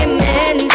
Amen